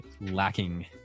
lacking